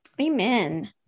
Amen